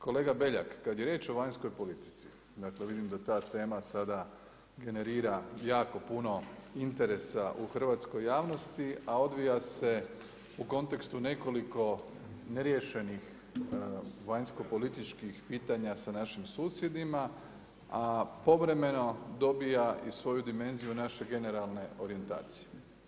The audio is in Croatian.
Kolega Beljak, kada je riječ o vanjskoj politici, dakle vidim da ta tema sada generira jako puno interesa u hrvatskoj javnosti, a odvija se u kontekstu nekoliko neriješenih vanjskopolitičkih pitanja sa našim susjedima, a povremeno dobija i svoju dimenziju naše generalne orijentacije.